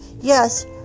Yes